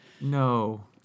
No